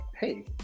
hey